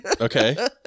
Okay